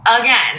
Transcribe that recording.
again